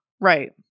Right